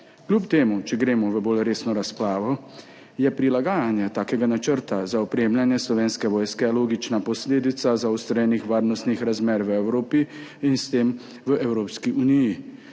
Kljub temu, če gremo v bolj resno razpravo, je prilagajanje takega načrta za opremljanje Slovenske vojske logična posledica zaostrenih varnostnih razmer v Evropi in s tem v Evropski uniji,